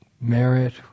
merit